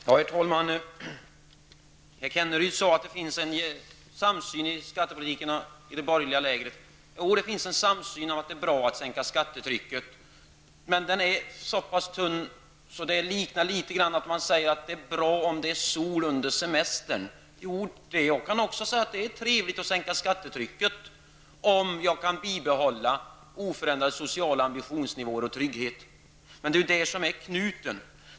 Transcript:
Herr talman! Herr Kenneryd sade att det finns en samsyn i skattepolitiken i det borgerliga lägret. Ja, det finns en samsyn så till vida att det är bra att sänka skattetrycket. Men den samsynen är så pass tunn att det liknar litet grand när man säger att det är bra om det är sol under semestern. Jag kan också säga att det är trevligt att sänka skattetrycket, om jag kan bibehålla oförändrade sociala ambitionsnivåer och trygghet. Men det är detta som är knuten!